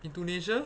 indonesia